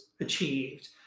achieved